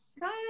bye